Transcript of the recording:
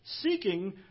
seeking